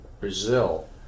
Brazil